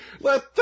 let